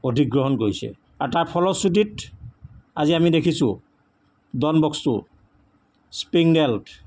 অধিগ্ৰহণ কৰিছে আৰু তাৰ ফলশ্ৰুতিত আজি আমি দেখিছো ডন বস্ক স্প্ৰিং ডেল্ট